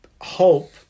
hope